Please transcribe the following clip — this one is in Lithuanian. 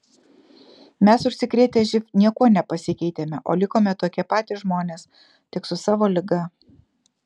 mes užsikrėtę živ niekuo nepasikeitėme o likome tokie patys žmonės tik su savo liga